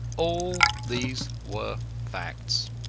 all these were facts.